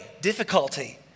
difficulty